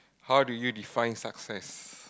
how do you define success